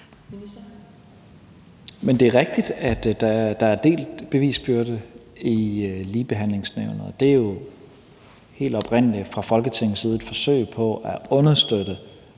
Det er rigtigt, at der er delt bevisbyrde i Ligebehandlingsnævnet, og det er jo helt oprindelig fra Folketingets side et forsøg på at understøtte